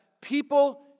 people